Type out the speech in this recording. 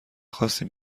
خاصی